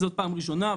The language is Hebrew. זה פעם ראשונה.